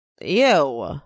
Ew